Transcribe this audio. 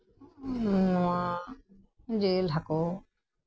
ᱱᱚᱣᱟ ᱡᱤᱞ ᱦᱟᱹᱠᱳ